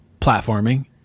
Platforming